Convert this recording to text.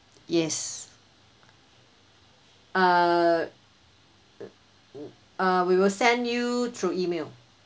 yes uh uh we will send you through E-mail